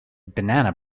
banana